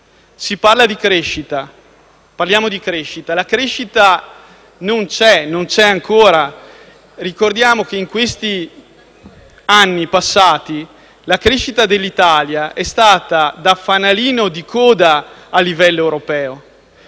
difficoltà. Si parla di crescita; la crescita non c'è, non c'è ancora. Ricordiamo che negli anni passati la crescita dell'Italia è stata un fanalino di coda a livello europeo.